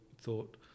thought